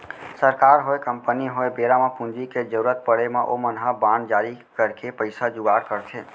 सरकार होय, कंपनी होय बेरा म पूंजी के जरुरत पड़े म ओमन ह बांड जारी करके पइसा जुगाड़ करथे